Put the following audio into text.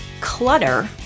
clutter